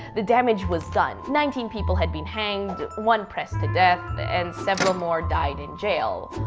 the damage was done. nineteen people had been hanged, one pressed to death, and several more died in jail.